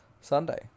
Sunday